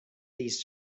these